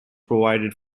provided